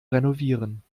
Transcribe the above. renovieren